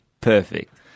Perfect